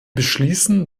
beschließen